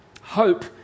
hope